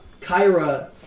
Kyra